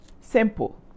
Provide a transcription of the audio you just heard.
Simple